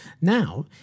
Now